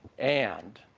and